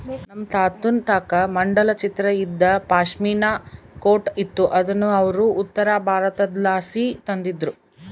ನಮ್ ತಾತುನ್ ತಾಕ ಮಂಡಲ ಚಿತ್ರ ಇದ್ದ ಪಾಶ್ಮಿನಾ ಕೋಟ್ ಇತ್ತು ಅದುನ್ನ ಅವ್ರು ಉತ್ತರಬಾರತುದ್ಲಾಸಿ ತಂದಿದ್ರು